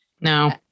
No